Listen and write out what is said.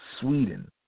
Sweden